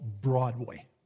Broadway